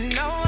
no